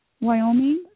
Wyoming